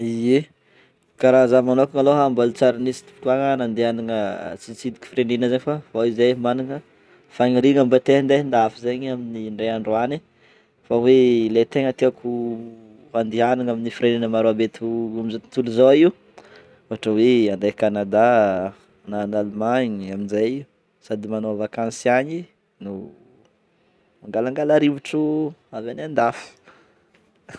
Ye, karaha zah manokana malôha mbôla tsy ary nisy fotoagna nandehanagna nitsiditsidiky firenena zay fa fô izahay managna faniriagna mba te handeha andafy zegny amin'ny indray andro any, fa hoe le tegna tiako handehanagna amin'ny firenena maro aby eto amin'ny izao tontolo izao io ohatra hoe andeha Canada, na an'Allemagne amin'jay sady manao vakansy agny no mangalangala rivotro avy any andafy.